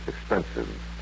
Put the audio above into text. expensive